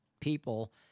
people